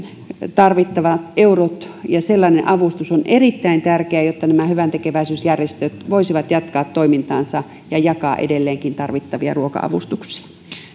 tarvittavat eurot ja sellainen avustus on erittäin tärkeää jotta nämä hyväntekeväisyysjärjestöt voisivat jatkaa toimintaansa ja jakaa edelleenkin tarvittavia ruoka avustuksia